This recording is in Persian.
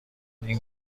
این